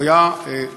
הוא היה לוחם: